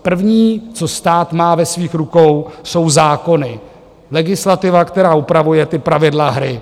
První, co stát má ve svých rukou, jsou zákony, legislativa, která upravuje ta pravidla hry.